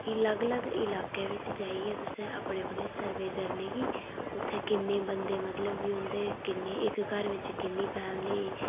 कि अलग अलग इलाकें बिच्च जाइयै तुसें अपने अपने सर्वे करने कि उत्थें किन्ने बंदे मतलब कि उं'दे किन्ने इक घर बिच्च किन्नी फैमली